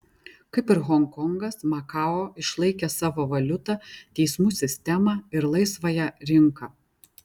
kaip ir honkongas makao išlaikė savo valiutą teismų sistemą ir laisvąją rinką